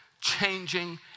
changing